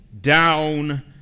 down